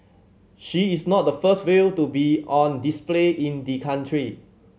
she is not the first whale to be on display in the country